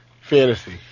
fantasy